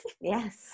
yes